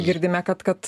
girdime kad kad